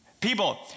People